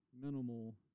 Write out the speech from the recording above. minimal